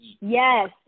Yes